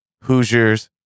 Hoosiers